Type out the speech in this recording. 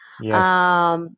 Yes